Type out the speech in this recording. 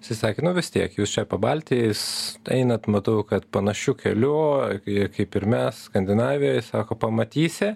jisai sakė nu vis tiek jūs čia pabaltijis einat matau kad panašiu keliu jie kaip ir mes skandinavijoj sako pamatysi